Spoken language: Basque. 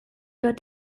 bat